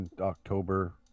October